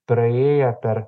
praėję per